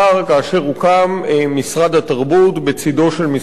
הוקם משרד התרבות בצדו של משרד החינוך.